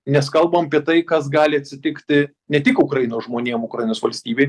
nes kalbam apie tai kas gali atsitikti ne tik ukrainos žmonėm ukrainos valstybei